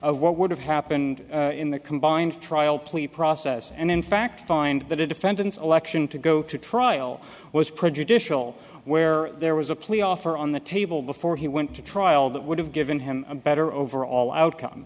of what would have happened in the combined trial plead process and in fact find that a defendant's alexion to go to trial was prejudicial where there was a plea offer on the table before he went to trial that would have given him a better overall outcome